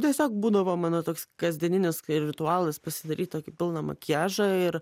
tiesiog būdavo mano toks kasdieninis ritualas pasidaryt tokį pilną makiažą ir